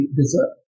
deserve